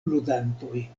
ludantoj